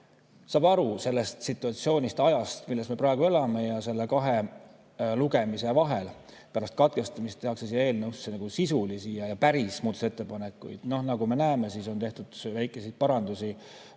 saab aru sellest situatsioonist, ajast, milles me praegu elame, ja kahe lugemise vahel pärast katkestamist tehakse siia eelnõusse sisulisi, päris muudatusettepanekuid. Noh, nagu me näeme, on tehtud väikeseid parandusi